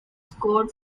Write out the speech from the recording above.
scored